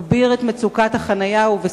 מגביר את מצוקת החנייה ואת זיהום האוויר,